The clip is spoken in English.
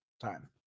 Time